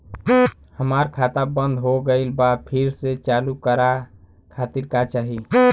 हमार खाता बंद हो गइल बा फिर से चालू करा खातिर का चाही?